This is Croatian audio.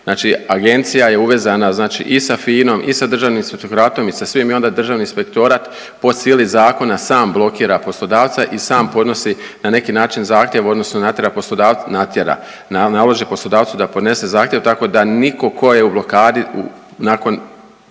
znači Agencija je uvezana znači i sa FINA-om i sa Državnim inspektoratom i onda Državni inspektorat po sili zakona sam blokira poslodavca i sam podnosi na neki način zahtjev, odnosno natjera .../nerazumljivo/... natjera, naloži poslodavcu da podnese zahtjev, tako da nitko tko je u blokadi nakon